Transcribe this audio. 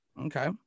Okay